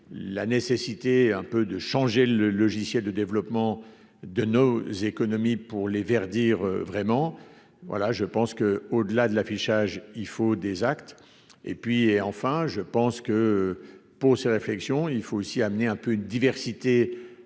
la nécessité un peu de changer le logiciel de développement de nos économies pour les Verts, dire vraiment, voilà, je pense que, au-delà de l'affichage, il faut des actes et puis et enfin je pense que pour ces réflexions, il faut aussi amener un peu de diversité